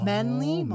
Manly